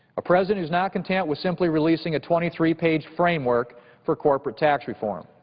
a president who is not content with simply releasing a twenty three page framework for corporate tax reform.